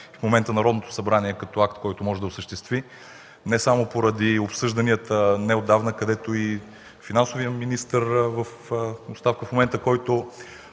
в момента. Народното събрание като акт, който може да осъществи, не само поради обсъжданията неотдавна, където и финансовият министър в оставка ясно заяви какви